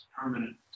permanent